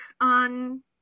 on